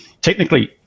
technically